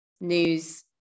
news